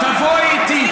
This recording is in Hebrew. תבואי איתי.